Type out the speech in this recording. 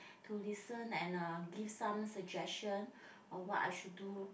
to listen and uh give some suggestion on what I should do